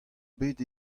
bet